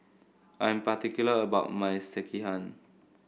I am particular about my Sekihan